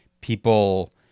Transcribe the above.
people